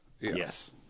Yes